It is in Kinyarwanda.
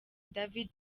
david